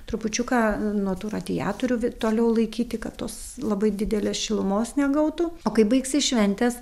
trupučiuką nuo tų radiatorių vi toliau laikyti kad tos labai didelės šilumos negautų o kai baigsis šventės